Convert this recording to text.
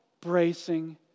bracing